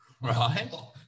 Right